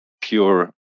pure